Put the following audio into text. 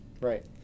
right